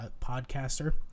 podcaster